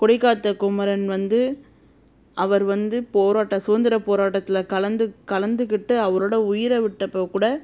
கொடி காத்த குமரன் வந்து அவர் வந்து போராட்ட சுதந்திர போராட்டத்தில் கலந்து கலந்துக்கிட்டு அவரோடய உயிரை விட்டப்போ கூட